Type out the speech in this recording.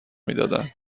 میدادن